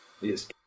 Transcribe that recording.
yes